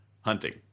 Hunting